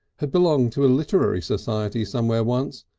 had belonged to a literary society somewhere once,